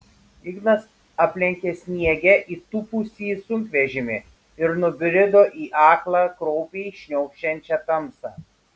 ignas aplenkė sniege įtūpusį sunkvežimį ir nubrido į aklą kraupiai šniokščiančią tamsą